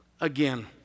Again